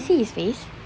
can I see his face